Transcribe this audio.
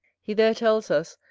he there tells us,